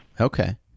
Okay